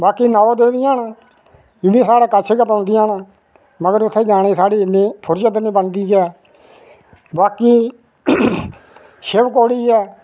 बाकी नौ दैबियां न एह्बी साढ़े कश गै पौंदिया न मगर उत्थै जाने गी साढ़ी इन्नी फुर्सत गै नेईं बनदी के अस जाह्चै वाकी शिबखोड़ी ऐ